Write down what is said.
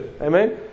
Amen